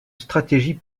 stratégie